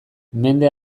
mende